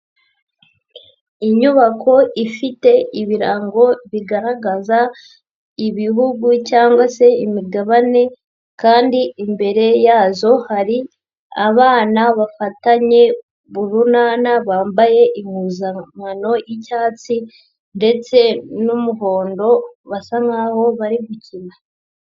Inyubako ifite ibirango bigaragaza ibihugu cyangwa se imigabane kandi imbere yazo hari abana bafatanye urunana, bambaye impuzankano y'icyatsi ndetse n'umuhondo basa nk'aho bari gukina.